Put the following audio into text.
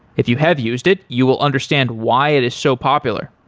if you have used it, you will understand why it is so popular.